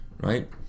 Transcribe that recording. right